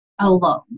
alone